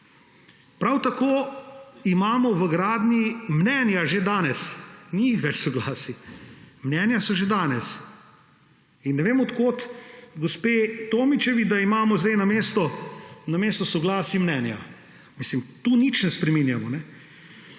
Prav tako imamo v gradnji mnenja že danes, ni več soglasij. Mnenja so že danes. In ne vem, od kod gospe Tomićevi, da imamo zdaj namesto soglasij mnenja. Tu nič ne spreminjamo.